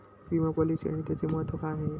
विमा पॉलिसी आणि त्याचे महत्व काय आहे?